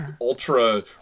ultra